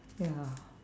ya